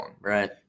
Right